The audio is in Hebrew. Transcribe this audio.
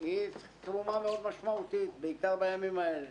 - היא תרומה מאוד משמעותית, בעיקר בימים האלה.